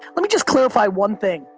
let me just clarify one thing,